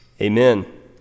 amen